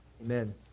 Amen